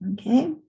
Okay